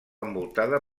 envoltada